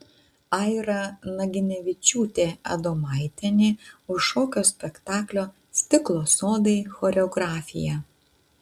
aira naginevičiūtė adomaitienė už šokio spektaklio stiklo sodai choreografiją